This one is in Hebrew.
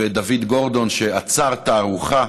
ודוד גורדון, שאצר תערוכה,